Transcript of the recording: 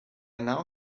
now